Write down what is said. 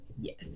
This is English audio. yes